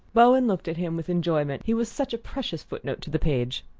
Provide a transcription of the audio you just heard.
bowen looked at him with enjoyment he was such a precious foot-note to the page!